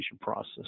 process